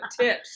Tips